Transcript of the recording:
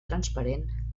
transparent